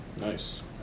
Nice